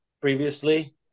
previously